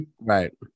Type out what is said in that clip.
Right